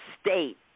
state